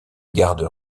garde